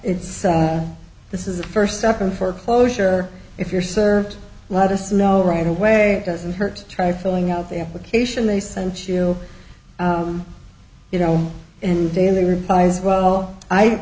it's this is the first step in foreclosure if you're served let us know right away doesn't hurt try filling out the application they send she'll you know and daily replies well i